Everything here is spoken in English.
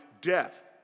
death